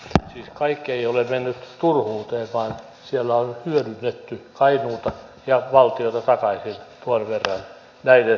siis kaikki ei ole mennyt turhuuteen vaan siellä on hyödynnetty kainuuta ja valtiota takaisin tuon verran näiden selvitysten mukaisesti